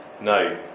No